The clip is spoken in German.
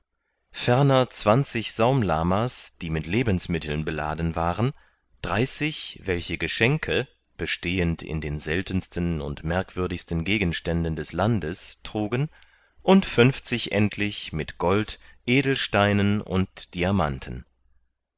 ferner zwanzig saumlama's die mit lebensmittel beladen waren dreißig welche geschenke bestehend in den seltensten und merkwürdigsten gegenständen des landes trugen und funfzig endlich mit gold edelsteinen und diamanten